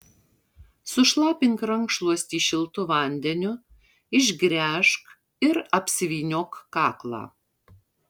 sušlapink rankšluostį šiltu vandeniu išgręžk ir apsivyniok kaklą